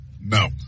No